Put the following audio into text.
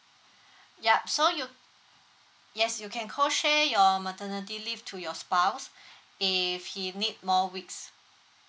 yup so you yes you can co share your maternity leave to your spouse if he need more weeks